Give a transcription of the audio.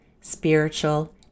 spiritual